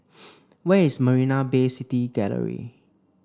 where is Marina Bay City Gallery